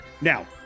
Now